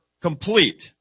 complete